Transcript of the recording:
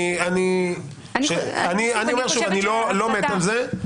אני אומר שוב: אני לא מת על זה.